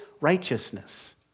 righteousness